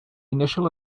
initial